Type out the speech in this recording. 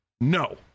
no